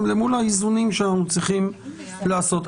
אל מול האיזונים שאנחנו צריכים לעשות.